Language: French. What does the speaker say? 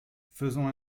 faisons